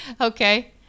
okay